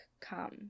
come